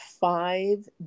five